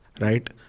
right